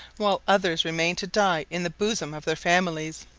while others remained to die in the bosom of their families.